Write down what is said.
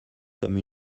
comme